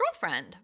girlfriend